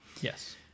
Yes